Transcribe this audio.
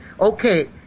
okay